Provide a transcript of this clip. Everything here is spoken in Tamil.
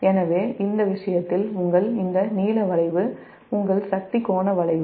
எனவே அந்த விஷயத்தில் உங்கள் இந்த நீல வளைவு உங்கள் சக்தி கோண வளைவு